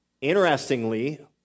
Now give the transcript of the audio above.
Interestingly